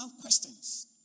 questions